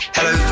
Hello